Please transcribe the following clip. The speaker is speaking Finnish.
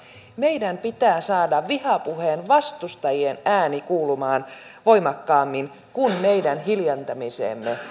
meidän pitää saada vihapuheen vastustajien ääni kuulumaan voimakkaammin kuin meidän hiljentämiseemme